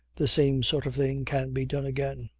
the same sort of thing can be done again.